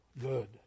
good